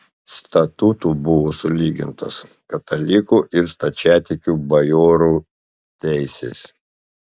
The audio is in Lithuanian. statutu buvo sulygintos katalikų ir stačiatikių bajorų teisės